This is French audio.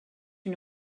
une